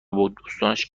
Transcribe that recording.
بادوستاش